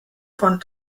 von